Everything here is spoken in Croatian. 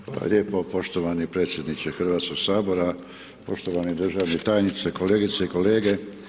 Hvala lijepo poštovani predsjedniče Hrvatskoga sabora, poštovani državni tajniče, kolegice i kolege.